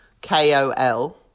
K-O-L